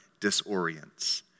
disorients